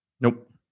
Nope